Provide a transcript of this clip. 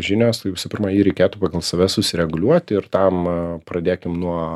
žinios tai visų pirma jį reikėtų pagal save susireguliuoti ir tam pradėkim nuo